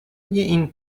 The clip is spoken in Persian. این